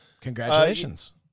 Congratulations